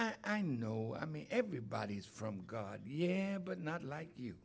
god i know i mean everybody's from god yeah but not like you